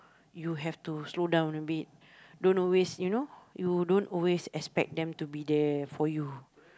you have to slow down a bit don't always you know you don't always expect them to be there for you